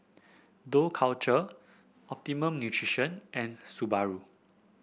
Dough Culture Optimum Nutrition and Subaru